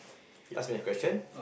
you ask me a question